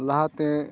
ᱞᱟᱦᱟᱛᱮ